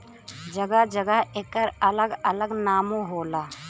जगह जगह एकर अलग अलग नामो होला